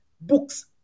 books